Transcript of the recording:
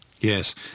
Yes